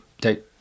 take